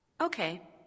Okay